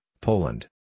Poland